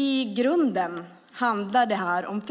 I grunden handlar det här om